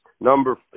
number